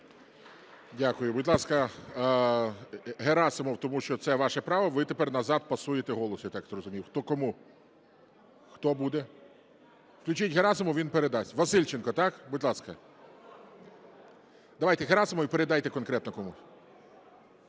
Дякую. Будь ласка, Герасимов, тому що це ваше право, ви тепер назад пасуєте голос, я так зрозумів. Хто кому, хто буде? Включіть Герасимова, він передасть. Васильченко, так? Будь ласка. Давайте Герасимов, і передайте конкретно комусь.